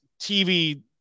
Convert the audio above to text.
TV